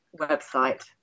website